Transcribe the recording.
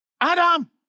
Adam